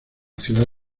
ciudad